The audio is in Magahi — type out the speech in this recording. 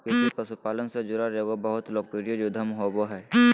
कृषि पशुपालन से जुड़ल एगो बहुत लोकप्रिय उद्यम होबो हइ